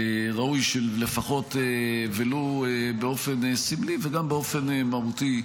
ראוי לפחות, ולו באופן סמלי וגם באופן מהותי,